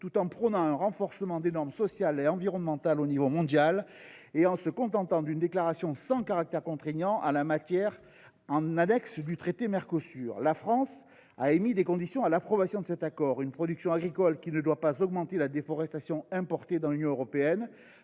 tout en prônant un renforcement des normes sociales et environnementales à l’échelon mondial et en se contentant d’une déclaration sans caractère contraignant en la matière en annexe du traité Mercosur ? La France a émis des conditions à l’approbation de cet accord : une production agricole qui ne doit pas augmenter la déforestation importée dans l’Union européenne